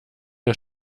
der